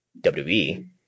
WWE